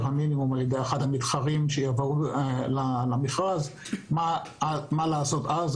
המינימום על ידי אחד המתחרים שיבואו למכרז מה יש לעשות אז,